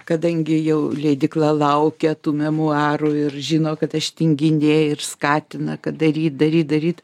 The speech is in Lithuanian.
kadangi jau leidykla laukia tų memuarų ir žino kad aš tinginė ir skatina kad daryt daryt daryt